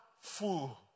fool